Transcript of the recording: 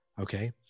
okay